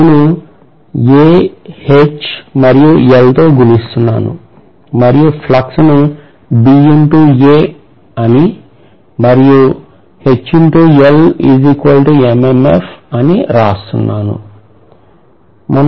ను A H మరియు l తో గుణిస్తున్నాను మరియు ఫ్లక్స్ ను అని మరియు Hl అని వ్రాస్తున్నాను